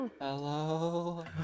Hello